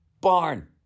barn